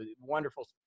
wonderful